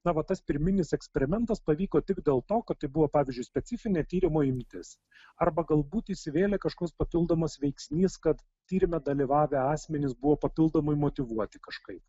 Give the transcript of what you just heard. na va tas pirminis eksperimentas pavyko tik dėl to kad tai buvo pavyzdžiui specifinė tyrimo imtis arba galbūt įsivėlė kažkoks papildomas veiksnys kad tyrime dalyvavę asmenys buvo papildomai motyvuoti kažkaip